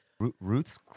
Ruths